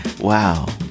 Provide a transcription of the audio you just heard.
wow